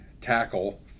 tackle